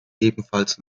ebenfalls